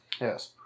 Yes